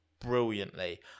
brilliantly